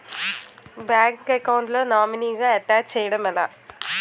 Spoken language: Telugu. బ్యాంక్ అకౌంట్ లో నామినీగా అటాచ్ చేయడం ఎలా?